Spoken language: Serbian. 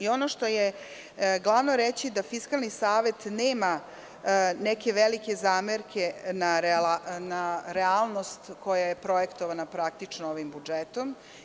Ono što je glavno reći da Fiskalni savet nema neke velike zamerke na realnost koja je projektovana ovim budžetom.